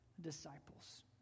disciples